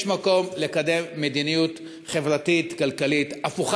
יש מקום לקדם מדיניות חברתית כלכלית הפוכה